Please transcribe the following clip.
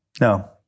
No